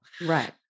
right